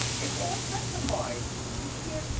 it's all sexified. you can't,